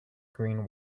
green